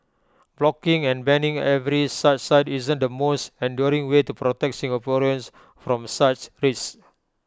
blocking and banning every such site isn't the most enduring way to protect Singaporeans from such risks